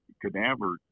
cadaver